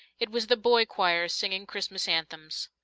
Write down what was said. it was the boy-choir singing christmas anthems.